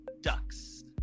ducks